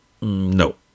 no